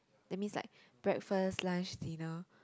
that's mean like breakfast lunch dinner